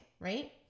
Right